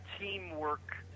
teamwork